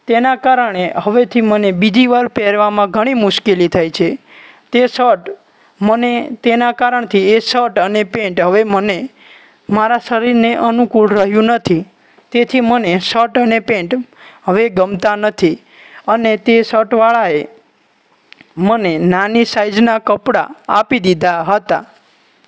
તેના કારણે હવેથી મને બીજી વાર પેરવામાં ઘણી મુશ્કેલી થઈ છે તે શટ મને તેના કારણથી એ શટ અને પેન્ટ હવે મને મારા શરીરને અનુકૂળ રહ્યું નથી તેથી મને શટ અને પેન્ટ હવે ગમતા નથી અને તે શટવાળા એ મને નાની સાઈઝનાં કપડાં આપી દીધાં હતાં